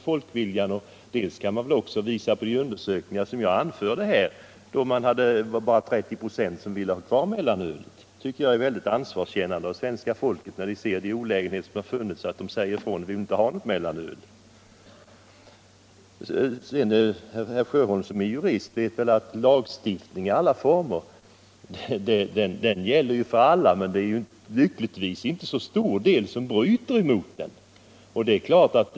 Folkviljan har också kommit till uttryck i de undersökningar som jag anförde. Enligt dem var det bara 30 96 som ville ha kvar mellanölet. Jag tycker det är ansvarskännande av svenska folket att man när man ser olägenheterna säger: Vi vill inte ha något mellanöl. Herr Sjöholm som är jurist vet väl att lagstiftning i alla former gäller för alla, men det är lyckligtvis inte så stor del som bryter mot den.